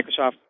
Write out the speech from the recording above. Microsoft